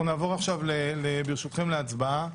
אנחנו נעבור עכשיו, ברשותכם, להצבעה.